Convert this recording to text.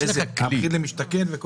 מחיר למשתכן?